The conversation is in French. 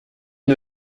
une